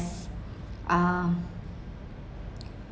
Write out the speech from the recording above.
as um